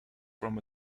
from